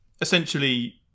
essentially